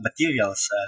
materials